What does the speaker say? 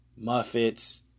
Muffets